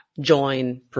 join